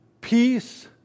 peace